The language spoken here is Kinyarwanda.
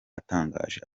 atangaje